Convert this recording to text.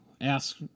ask